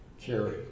carry